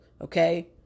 Okay